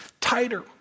tighter